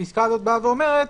הפסקה הזאת באה ואומרת